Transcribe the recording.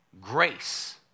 Grace